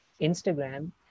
Instagram